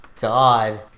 God